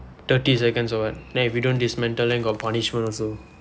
thirty seconds or what then if you don't dismantle then got punishment also